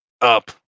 up